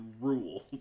rules